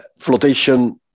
Flotation